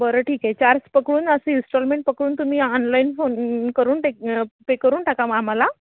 बरं ठीक आहे चार्ज पकडून असं इन्स्टॉलमेंट पकडून तुम्ही ऑनलाईन फोन करून ते पे करून टाका मग आम्हाला